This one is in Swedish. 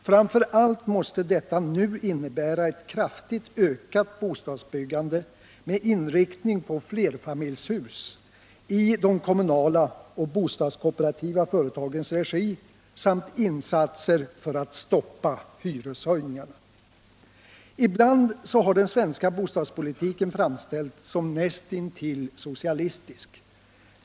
Framför allt måste detta nu innebära ett kraftigt ökat bostadsbyggande med inriktning på flerfamiljshus i de kommunala och bostadskooperativa bostadsföretagens regi samt insatser för att stoppa hyreshöjningarna. Ibland har den svenska bostadspolitiken framställts som näst intill socialistisk.